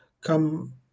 come